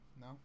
No